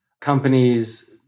companies